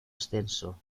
ascenso